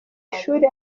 ishuri